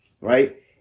right